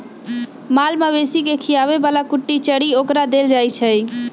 माल मवेशी के खीयाबे बला कुट्टी चरी ओकरा देल जाइ छै